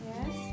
Yes